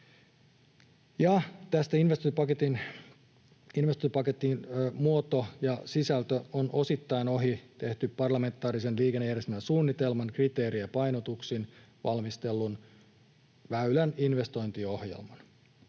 Tämä investointipaketin muoto ja sisältö on osittain tehty ohi parlamentaarisen liikennejärjestelmäsuunnitelman kriteerein ja painotuksin valmistellun Väylän investointiohjelman.